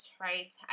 right